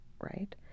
right